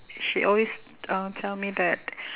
she always uh tell me that